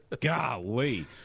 Golly